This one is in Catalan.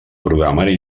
programari